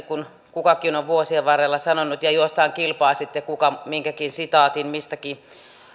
kukakin on vuosien varrella sanonut ja juostaan kilpaa sitten siinä kuka minkäkin sitaatin mistäkin